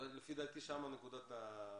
לפי דעתי שם נקודת המפתח.